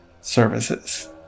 services